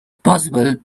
possible